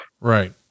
right